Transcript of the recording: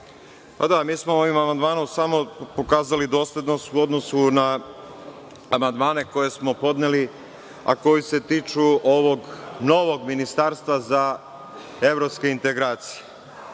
Krasić** Mi smo ovim Amandmanom samo ukazali doslednost, u odnosu na amandmane koje smo podneli, a koji se tiču ovog novog ministarstva za Evropske integracije,